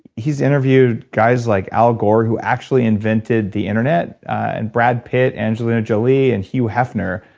he's interviewed guys like al gore, who actually invented the internet, and brad pitt, angelina jolie and hugh hefner,